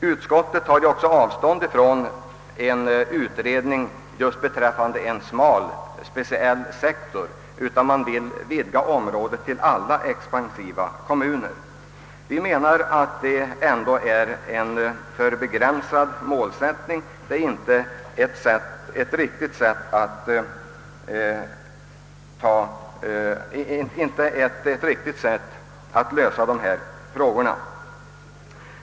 Utskottet tar avstånd från en utredning som bara omfattar de tre storstadsregionerna och föreslår att utredningen skall omfatta alla expansiva kommuner. Vi menar att detta ändå är en alltför begränsad målsättning och att det inte är det riktiga sättet att lösa denna samhällsproblematik.